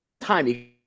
time